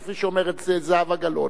כפי שאומרת זהבה גלאון,